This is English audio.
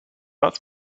not